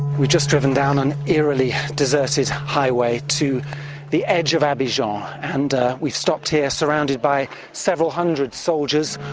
we've just driven down an eerily deserted highway to the edge of abidjan and we've stopped here, surrounded by several hundred soldiers,